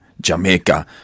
jamaica